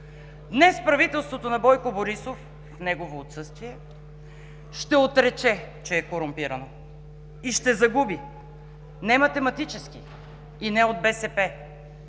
Днес правителството на Бойко Борисов – в негово отсъствие, ще отрече, че е корумпирано и ще загуби – не математически, и не от БСП,